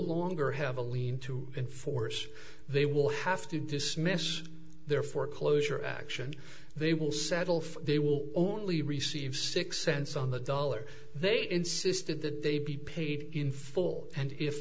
longer have a lien to enforce they will have to dismiss their foreclosure action they will settle for they will only receive six cents on the dollar they insisted that they be paid in full and if